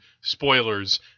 spoilers